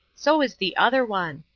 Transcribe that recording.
so is the other one.